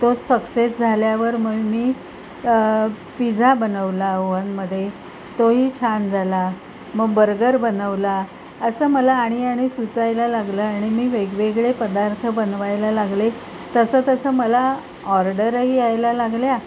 तो सक्सेस झाल्यावर म मी पिझा बनवला ओव्हनमदे तोही छान झाला म बर्गर बनवला असं मला आणि आणि सुचायला लागल आणि मी वेगवेगळे पदार्थ बनवायला लागले तसं तसं मला ऑर्डरही यायला लागल्या